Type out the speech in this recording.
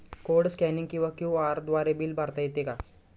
Code scanning किंवा QR द्वारे bill भरता येते का?